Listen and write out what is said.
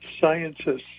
scientists